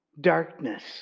Darkness